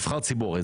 נבחר ציבור,